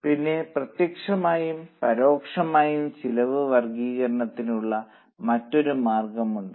പിന്നെ പ്രത്യക്ഷമായും പരോക്ഷമായും ചെലവ് വർഗ്ഗീകരിക്കുന്നതിനുള്ള മറ്റൊരു മാർഗമുണ്ട്